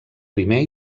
primer